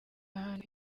ahantu